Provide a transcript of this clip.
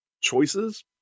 choices